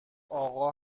آقا